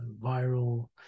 viral